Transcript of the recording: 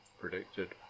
predicted